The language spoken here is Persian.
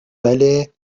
بله